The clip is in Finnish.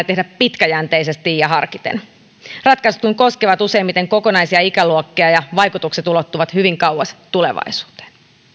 tehdä pitkäjänteisesti ja harkiten ratkaisut kun koskevat useimmiten kokonaisia ikäluokkia ja vaikutukset ulottuvat hyvin kauas tulevaisuuteen